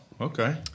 Okay